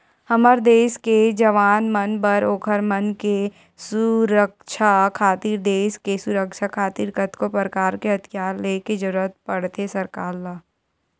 हमर देस के जवान मन बर ओखर मन के सुरक्छा खातिर देस के सुरक्छा खातिर कतको परकार के हथियार ले के जरुरत पड़थे सरकार ल